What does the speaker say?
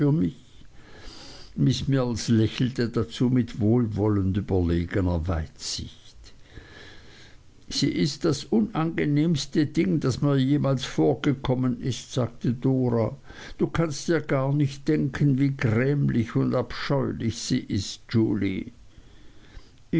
mich miß mills lächelte dazu mit wohlwollend überlegner weisheit sie ist das unangenehmste ding das mir jemals vorgekommen ist sagte dora du kannst dir gar nicht denken wie grämlich und abscheulich sie ist julie